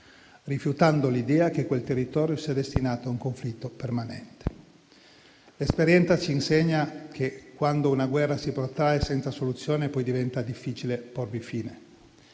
rifiutando l'idea che quel territorio sia destinato a un conflitto permanente. L'esperienza ci insegna che, quando una guerra si protrae senza soluzione, poi diventa difficile porvi fine.